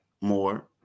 more